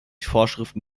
vorschriften